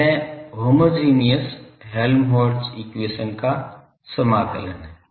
यह homogeneous Helmholtz equation का समाकलन है